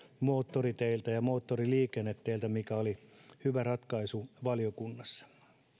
moottoriteiltä ja moottoriliikenneteiltä mikä oli hyvä ratkaisu valiokunnassa